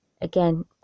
again